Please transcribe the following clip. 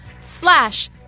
slash